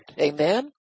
Amen